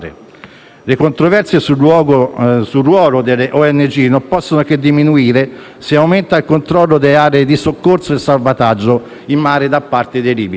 Le controversie sul ruolo delle ONG non possono che diminuire se aumenta il controllo delle aree di soccorso e salvataggio in mare da parte dei libici.